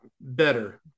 better